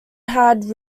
had